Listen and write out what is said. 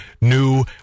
new